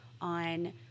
on –